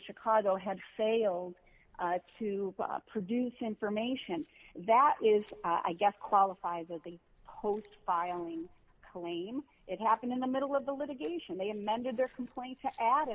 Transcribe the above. chicago had failed to produce information that is i guess qualifies as the host filing claims it happened in the middle of the litigation they amended their complaint to add